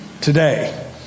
today